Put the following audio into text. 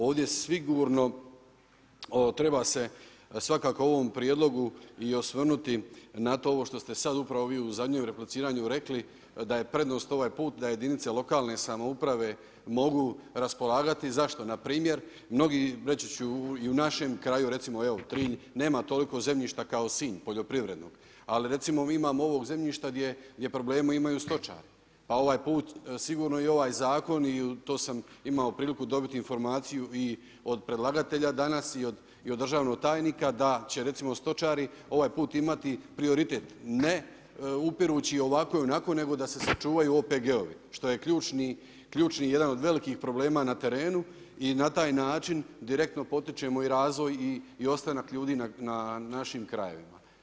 Ovdje sigurno treba se svakako ovom prijedlogu i osvrnuti na to, ovo što ste sad upravo vi u zadnjem repliciranju rekli, da je prednost ovaj put da jedinice lokalne samouprave mogu raspolagati, zašto npr., mnogi reći ću i u našem kraju recimo evo Trilj, nema toliko zemljišta kao Sinj, poljoprivredno, ali recimo imamo ovog zemljišta gdje probleme imaju stočari, pa ovaj put sigurno i ovaj zakon i to sam imao priliku dobiti informaciju i od predlagatelja danas i od državnog tajnika, da će recimo stočari ovaj put imati prioritet ne upirući ovako i onako nego da se sačuvaju OPG-ovi što je ključni jedan od velikih problema na terenu i na taj način direktno potičemo i razvoj i ostanak ljudi na našim krajevima.